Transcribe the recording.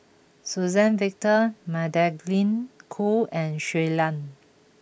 Suzann Victor Magdalene Khoo and Shui Lan